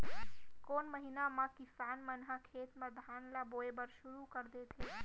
कोन महीना मा किसान मन ह खेत म धान ला बोये बर शुरू कर देथे?